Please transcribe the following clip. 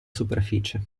superficie